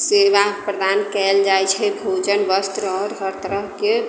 सेवा प्रदान कयल जाइत छै भोजन वस्त्र आओर हर तरहकेँ